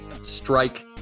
strike